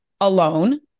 alone